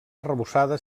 arrebossada